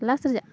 last ᱨᱮᱭᱟᱜ